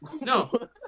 No